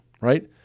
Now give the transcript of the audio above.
right